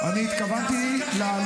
אני מבקש לא להפריע.